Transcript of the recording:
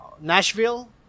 Nashville